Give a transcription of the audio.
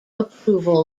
approval